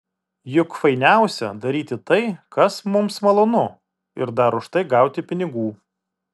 juk fainiausia daryti tai kas mums malonu ir dar už tai gauti pinigų